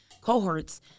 cohorts